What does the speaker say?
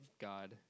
God